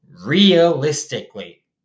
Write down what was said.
realistically